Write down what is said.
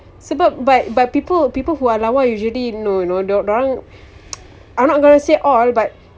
sebab but but people people who are lawa usually you know you know dia orang dia orang I'm not going to say all but